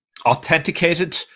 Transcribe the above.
authenticated